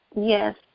Yes